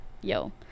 yo